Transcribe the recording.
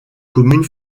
commune